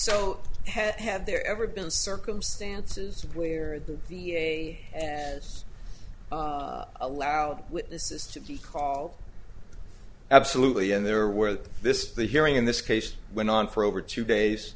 so had had there ever been circumstances where the v a yes allowed witnesses to be called absolutely and there were this the hearing in this case went on for over two days